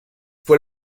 fue